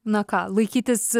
na ką laikytis